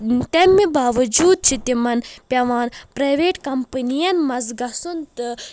تمہِ باوجوٗد چھِ تِمن پٮ۪وان پرایویٹ کمپنی ین منٛز گژھُن تہٕ